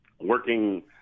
working